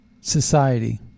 society